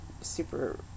super